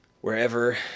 wherever